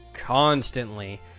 Constantly